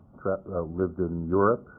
lived in europe,